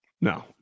No